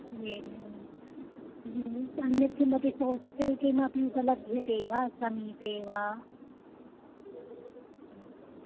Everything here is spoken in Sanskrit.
एवम् अन्यत् अन्यत् किमपि होस्टेल् किमपि उपलभ्यते वा समीपे वा